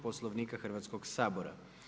Poslovnika Hrvatskog sabora.